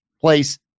place